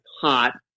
hot